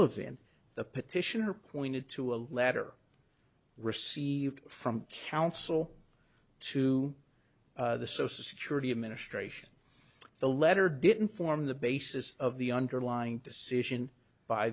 and the petitioner pointed to a letter received from counsel to the social security administration the letter didn't form the basis of the underlying decision by